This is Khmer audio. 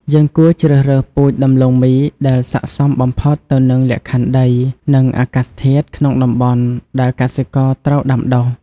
យើងគួរជ្រើសរើសពូជដំឡូងមីដែលស័ក្តិសមបំផុតទៅនឹងលក្ខខណ្ឌដី និងអាកាសធាតុក្នុងតំបន់ដែលកសិករត្រូវដាំដុះ។